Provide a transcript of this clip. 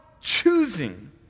choosing